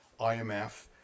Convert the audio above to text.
IMF